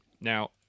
Now